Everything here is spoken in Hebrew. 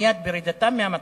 מייד ברדתם מהמטוס,